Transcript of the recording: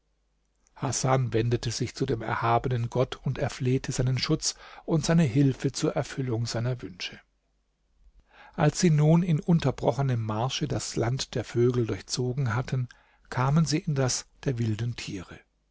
hasan wendete sich zu dem erhabenen gott und erflehte seinen schutz und seine hilfe zur erfüllung seiner wünsche als sie nun in ununterbrochenem marsche das land der vögel durchzogen hatten kamen sie in das der wilden tiere